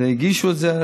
שהגישו את זה,